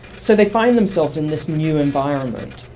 so they find themselves in this new environment,